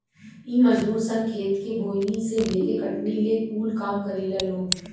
इ मजदूर सन खेत के बोअनी से लेके कटनी ले कूल काम करेला लोग